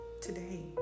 Today